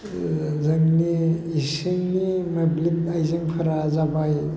जोंनि इसिंनि मोब्लिब आइजेंफोरा जाबाय